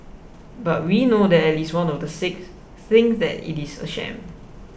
but we know that at least one of the six thinks that it is a sham